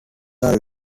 are